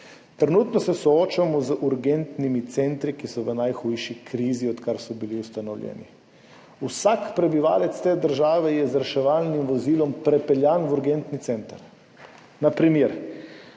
Trenutno se soočamo z urgentnimi centri, ki so v najhujši krizi, odkar so bili ustanovljeni. Vsak prebivalec te države je z reševalnim vozilom prepeljan v urgentni center, na primer.